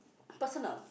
personal